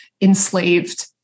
enslaved